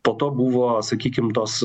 po to buvo sakykim tos